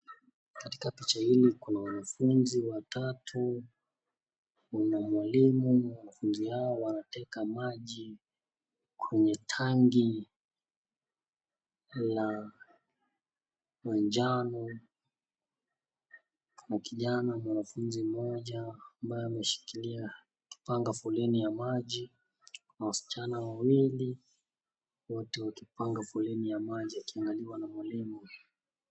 Katika Picha hili Kuna wanafunzi watatu . Kuna mwalimu . Wanafunzi Hawa wanateka maji kwenye Tangi la manjano na kijana , mwanafunzi mmoja ambaye ameshikilia akipanga foleni ya maji. Kuna wasichana wawili wote wakipanga foleni ya maji wakiangaliwa na mwalimu.